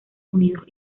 unidos